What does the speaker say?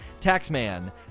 Taxman